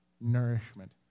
nourishment